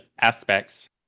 aspects